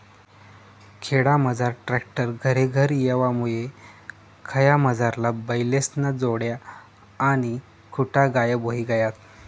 खेडामझार ट्रॅक्टर घरेघर येवामुये खयामझारला बैलेस्न्या जोड्या आणि खुटा गायब व्हयी गयात